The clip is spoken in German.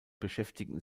beschäftigen